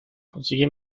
consigue